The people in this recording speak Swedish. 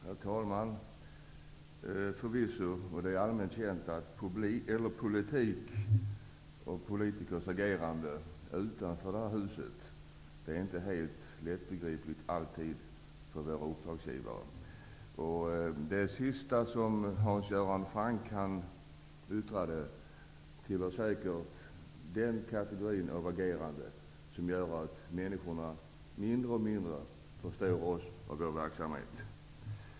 Herr talman! Det är förvisso allmänt känt att politikers agerande utanför det här huset inte alltid är helt lättbegripligt för våra uppdragsgivare. Det sista Hans Göran Franck yttrade tillhör säkert den kategori av agerande som gör att människor mindre och mindre förstår oss och vår verksamhet.